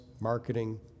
marketing